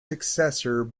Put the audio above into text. successor